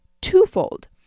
twofold